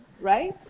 Right